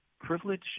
privilege